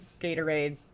Gatorade